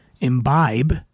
Imbibe